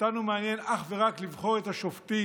אותנו מעניין אך ורק לבחור את השופטים,